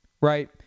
right